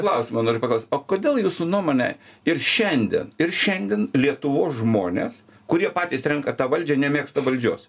klausimo noriu paklaust o kodėl jūsų nuomone ir šiandien ir šiandien lietuvos žmonės kurie patys renka tą valdžią nemėgsta valdžios